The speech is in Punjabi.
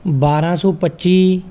ਬਾਰਾਂ ਸੌ ਪੱਚੀ